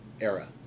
era